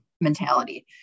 mentality